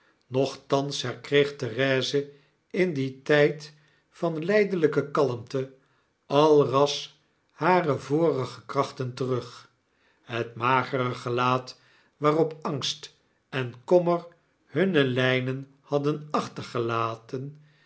nochtans herkreeg therese in dien tijdvanlijdelyke kalmte alras hare vorige krachten terug het magere gelaat waarop angst en kommer hunne lynen hadden achtergelaten